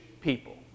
people